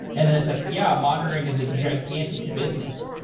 and then, it's like, yeah, monitoring is a gigantic business.